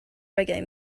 reggae